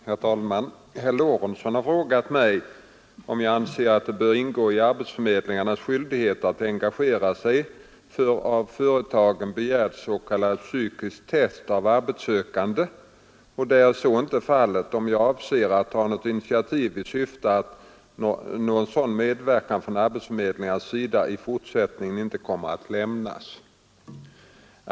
Herr talman! Herr Lorentzon har frågat mig om jag anser att det bör ingå i arbetsförmedlingarnas skyldigheter att engagera sig för av företagen begärt s.k. psykiskt test av arbetssökande och, därest så inte är fallet, om jag avser att ta något initiativ i syfte att någon sådan medverkan från arbetsförmedlingarnas sida i fortsättningen inte kommer att lämnas.